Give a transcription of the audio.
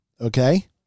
okay